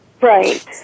Right